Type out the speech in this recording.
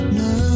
no